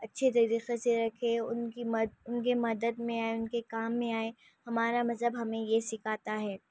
اچھے طریقے سے رکھے ان کی ان کی مدد میں آئیں ان کے کام میں آئیں ہمارا مذہب ہمیں یہ سکھاتا ہے